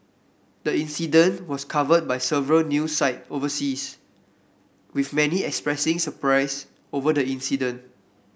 the incident was covered by several news site overseas with many expressing surprise over the incident